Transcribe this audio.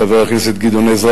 חבר הכנסת גדעון עזרא,